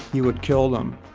he would kill them.